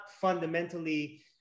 fundamentally